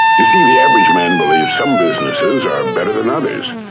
you see, the average man believes some businesses are better than others,